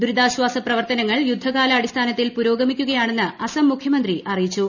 ദുരിതാശ്വാസ പ്രവർത്തനങ്ങൾ യുദ്ധകാലാടിസ്ഥാനത്തിൽ പുരോഗമിക്കുകയാണെന്ന് അസം മുഖ്യമന്ത്രി അറിയിച്ചു